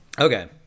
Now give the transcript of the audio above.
Okay